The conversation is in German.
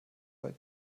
heute